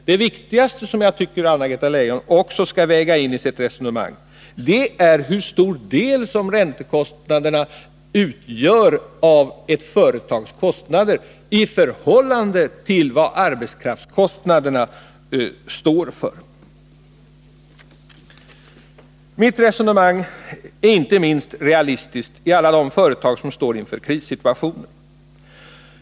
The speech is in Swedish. Det viktigaste argumentet — och det tycker jag att Anna-Greta Leijon också skall väga in i sitt resonemang — är hur stor del av ett företags kostnader som räntekostnaderna utgör i förhållande till arbetskraftskostnaderna. Mitt resonemang är inte minst realistiskt när det gäller alla de företag som står inför krissituationer.